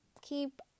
Keep